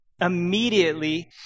immediately